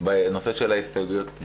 לנושא של ההסתייגויות.